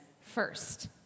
first